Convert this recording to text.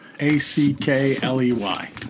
A-C-K-L-E-Y